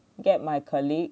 get my colleague